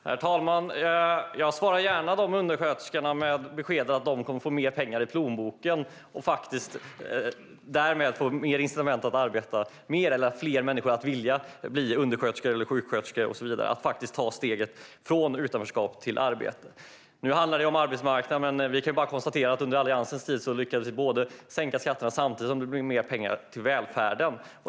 Herr talman! Jag svarar gärna de undersköterskorna med beskedet att de kommer att få mer pengar i plånboken och därmed få incitament att arbeta mer samt att fler människor kommer att vilja bli undersköterskor, sjuksköterskor och så vidare och ta steget från utanförskap till arbete. Nu handlar det om arbetsmarknaden, men vi kan konstatera att vi under Alliansens tid lyckades sänka skatterna samtidigt som det blev mer pengar till välfärden.